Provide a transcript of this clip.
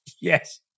Yes